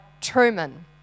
Truman